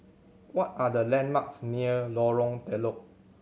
what are the landmarks near Lorong Telok